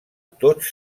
tots